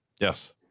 Yes